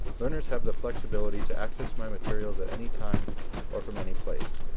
learners have the flexibility to access my materials at any time or from any place.